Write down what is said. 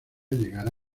llegará